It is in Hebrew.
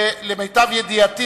ולמיטב ידיעתי,